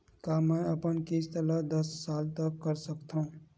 का मैं अपन किस्त ला दस साल तक कर सकत हव?